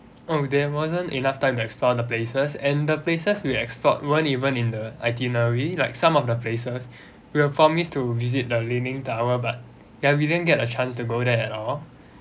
oh there wasn't enough time to explore the places and the places we explore weren't even in the itinerary like some of the places we were promised to visit the leaning tower but ya we didn't get a chance to go there at all